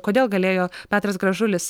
kodėl galėjo petras gražulis